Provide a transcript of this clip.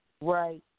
Right